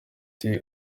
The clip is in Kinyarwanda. nti